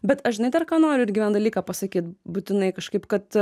bet aš žinai dar ką noriu irgi vieną dalyką pasakyt būtinai kažkaip kad